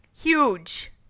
huge